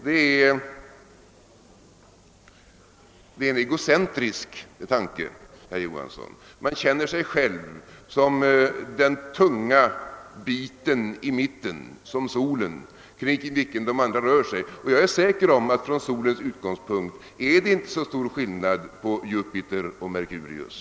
Det är en egocentrisk tanke, herr Johansson. Man känner sig själv som den tunga biten i mitten, som solen, kring vilken de andra rör sig. Och jag är säker på att det från solens utgångspunkt inte är så stor skillnad mellan Jupiter och Merkurius.